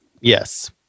Yes